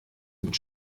mit